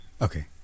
okay